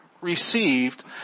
received